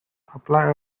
apply